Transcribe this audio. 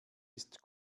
ist